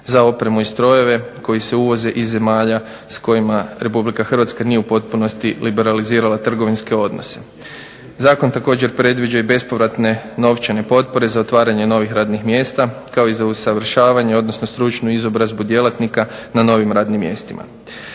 za opremu i strojeve koji se uvoze iz zemalja s kojima Republika Hrvatska nije u potpunosti liberalizirala trgovinske odnose. Zakon također predviđa i bespovratne novčane potpore za otvaranje radnih mjesta kao i za usavršavanje odnosno stručnu izobrazbu djelatnika na novim radnim mjestima.